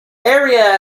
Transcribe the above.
area